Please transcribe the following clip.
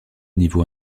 niveau